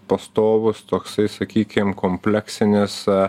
pastovus toksai sakykim kompleksinis